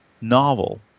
novel